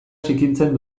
zikintzen